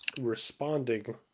responding